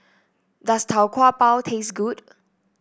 does Tau Kwa Pau taste good